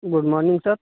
good morning sir